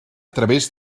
través